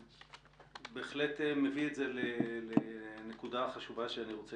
אתה בהחלט מביא את זה לנקודה חשובה שאני רוצה